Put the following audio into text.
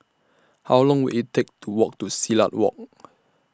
How Long Will IT Take to Walk to Silat Walk